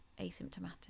asymptomatic